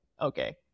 okay